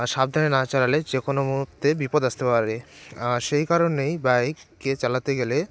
সাবধানে না চালালে যে কোনো মুহূর্তে বিপদ আসতে পারে সেই কারণেই বাইককে চালাতে গেলে